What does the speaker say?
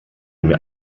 mir